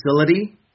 facility